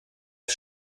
das